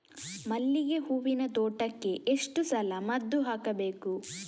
ಮಲ್ಲಿಗೆ ಹೂವಿನ ತೋಟಕ್ಕೆ ಎಷ್ಟು ಸಲ ಮದ್ದು ಹಾಕಬೇಕು?